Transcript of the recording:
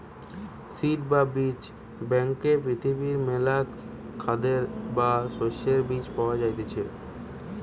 seed বা বীজ ব্যাংকে পৃথিবীর মেলা খাদ্যের বা শস্যের বীজ পায়া যাইতিছে